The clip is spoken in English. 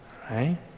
right